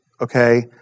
okay